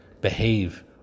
behave